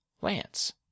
Lance